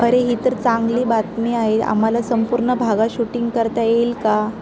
अरे ही तर चांगली बातमी आहे आम्हाला संपूर्ण भागा शूटिंग करता येईल का